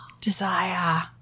Desire